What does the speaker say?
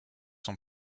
son